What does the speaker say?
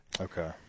Okay